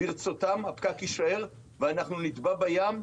ברצותם הפקק יישאר ואנחנו נתבע בים,